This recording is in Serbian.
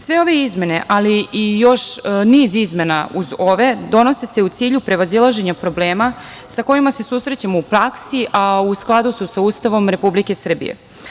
Sve ove izmene, ali i još niz izmena uz ove donose se u cilju prevazilaženja problema sa kojima se susrećemo u praksi, a u skladu su sa Ustavom Republike Srbije.